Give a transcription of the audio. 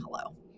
hello